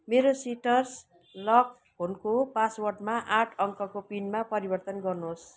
मेरो सिट्रस लक फोनको पासवर्डमा आठ अङ्कको पिनमा परिवर्तन गर्नुहोस्